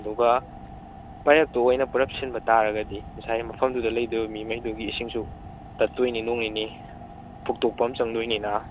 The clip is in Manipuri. ꯑꯗꯨꯒ ꯄꯥꯌꯦꯞꯇꯨ ꯑꯣꯏꯅ ꯄꯨꯂꯞ ꯁꯤꯟꯕ ꯇꯥꯔꯒꯗꯤ ꯉꯁꯥꯏ ꯃꯐꯝꯗꯨꯗ ꯂꯩꯗꯣꯏꯕ ꯃꯤꯈꯩꯗꯨꯒꯤ ꯏꯁꯤꯡꯁꯨ ꯇꯠꯇꯣꯏꯅꯤ ꯅꯣꯡ ꯅꯤꯅꯤ ꯐꯨꯛꯇꯣꯛꯄ ꯑꯃ ꯆꯪꯗꯣꯏꯅꯤꯅ